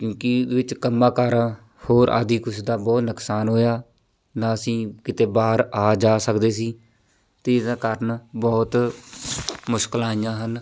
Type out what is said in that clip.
ਕਿਉਂਕਿ ਇਹਦੇ ਵਿੱਚ ਕੰਮਾਂ ਕਾਰਾਂ ਹੋਰ ਆਦਿ ਕੁਛ ਦਾ ਬਹੁਤ ਨੁਕਸਾਨ ਹੋਇਆ ਨਾ ਅਸੀਂ ਕਿਤੇ ਬਾਹਰ ਆ ਜਾ ਸਕਦੇ ਸੀ ਅਤੇ ਇਹਦਾ ਕਾਰਨ ਬਹੁਤ ਮੁਸ਼ਕਿਲਾਂ ਆਈਆਂ ਹਨ